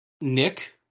Nick